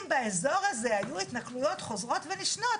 אם באזור הזה היו התנכלויות חוזרות ונשנות,